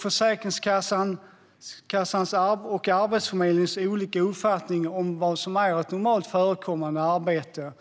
Försäkringskassans och Arbetsförmedlingens olika uppfattningar om vad som är ett normalt förekommande arbete